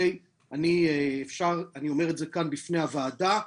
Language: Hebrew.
אני אומר את זה כאן בפני הוועדה,